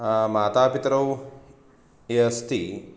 मातापितरौ ये अस्ति